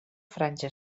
franja